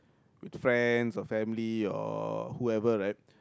with friends or family or whoever right